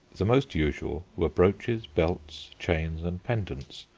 the most usual were brooches, belts, chains, and pendants,